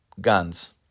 guns